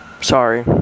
Sorry